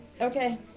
okay